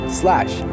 slash